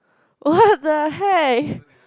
what the heck